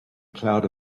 cloud